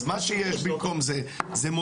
אז מה שיש במקום זה זה מודיעין,